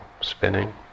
spinning